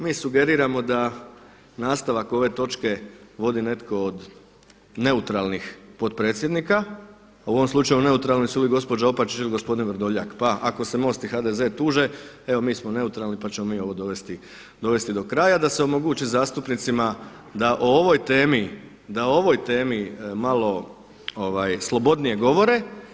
Mi sugeriramo da nastavak ove točke vodi netko od neutralnih potpredsjednika, a u ovom slučaju neutralni su ili gospođa Opačić ili gospodin Vrdoljak pa ako se MOST i HDZ tuže evo mi smo neutralni pa ćemo mi ovo dovesti do kraja da se omogući zastupnicima da o ovoj temi malo slobodnije govore.